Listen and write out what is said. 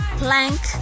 plank